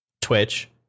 Twitch